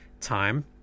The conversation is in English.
time